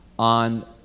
on